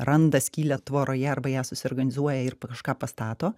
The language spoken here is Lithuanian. randa skylę tvoroje arba ją susiorganizuoja ir kažką pastato